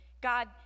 God